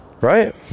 Right